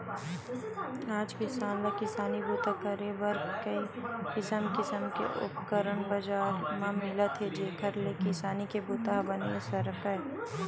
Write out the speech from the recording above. आज किसान ल किसानी बूता करे बर किसम किसम के उपकरन बजार म मिलत हे जेखर ले किसानी के बूता ह बने सरकय